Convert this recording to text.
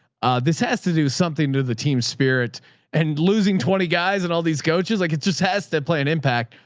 this has to do something to the team spirit and losing twenty guys and all these coaches, like it just has to play an impact.